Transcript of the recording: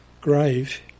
grave